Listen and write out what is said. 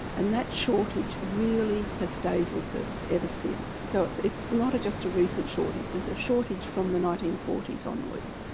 and that shortage really has stayed with us ever since. so it's it's not just a recent shortage, it's a shortage from the nineteen forty s onwards.